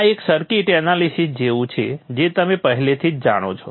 આ એક circuit analysis જેવુ છે જે તમે પહેલેથી જ જાણો છો